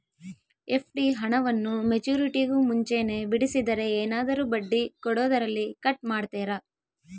FD ಹಣವನ್ನು ಮೆಚ್ಯೂರಿಟಿಗೂ ಮುಂಚೆನೇ ಬಿಡಿಸಿದರೆ ಏನಾದರೂ ಬಡ್ಡಿ ಕೊಡೋದರಲ್ಲಿ ಕಟ್ ಮಾಡ್ತೇರಾ?